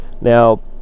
Now